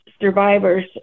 survivors